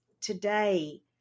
today